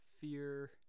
Fear